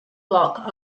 block